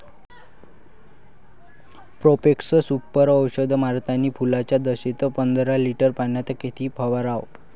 Profex Super औषध मारतानी फुलाच्या दशेत पंदरा लिटर पाण्यात किती फवाराव?